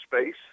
space